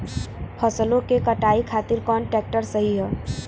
फसलों के कटाई खातिर कौन ट्रैक्टर सही ह?